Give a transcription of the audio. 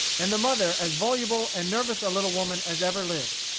and the mother as voluble and nervous a little woman as ever lived.